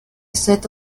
set